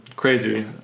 crazy